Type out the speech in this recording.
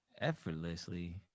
Effortlessly